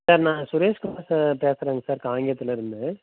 sir நான் Sureshkumar sir பேசுறங்க sir காங்கேயத்துலேருந்து